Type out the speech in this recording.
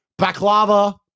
Baklava